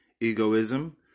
egoism